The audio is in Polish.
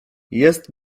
jest